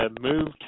moved